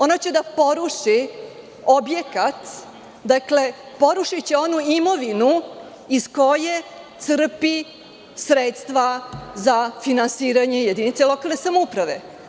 Ona će da poruši objekat, porušiće onu imovinu iz koje crpi sredstva za finansiranje jedinica lokalne samouprave.